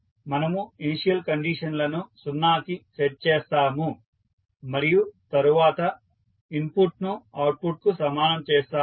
మనము ఇనిషియల్ కండిషన్లను 0 కి సెట్ చేస్తాము మరియు తరువాత ఇన్పుట్ ను అవుట్పుట్ కు సమానం చేస్తాము